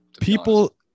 People